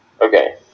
Okay